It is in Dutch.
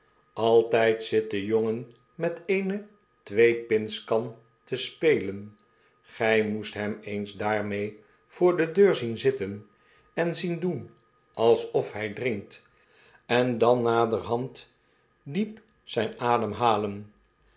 zit de jongen met eene tweepintskan te spelen gy moest hem eens daarmee voor de deur zien zitten en zien doen alsof hy drinkt en dan naderhand diep zijn